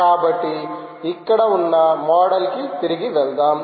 కాబట్టి ఇక్కడ ఉన్న మోడల్కి తిరిగి వెళ్దాం